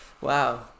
Wow